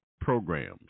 programs